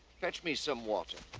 fetch me some water.